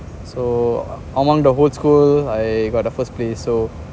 so among the whole school I got the first place so